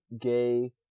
gay